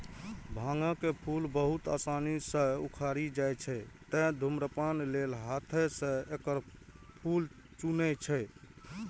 भांगक फूल बहुत आसानी सं उखड़ि जाइ छै, तें धुम्रपान लेल हाथें सं एकर फूल चुनै छै